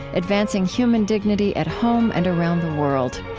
advancing human dignity at home and around the world.